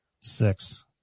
six